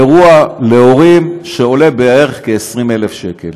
אירוע להורים שעולה בערך 20,000 שקל.